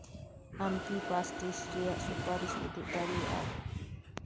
ᱟᱢ ᱠᱤ ᱯᱮᱥᱴᱨᱤᱥ ᱨᱮᱭᱟᱜ ᱥᱩᱯᱟᱨᱤᱥ ᱩᱫᱩᱜ ᱫᱟᱲᱮᱭᱟᱜᱼᱟ